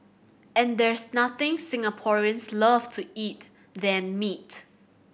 and there's nothing Singaporeans love to eat than meat